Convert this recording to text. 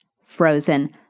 frozen